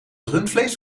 rundvlees